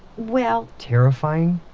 well, terrifying?